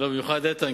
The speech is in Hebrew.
במיוחד איתן,